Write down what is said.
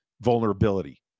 vulnerability